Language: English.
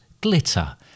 glitter